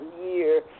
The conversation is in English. year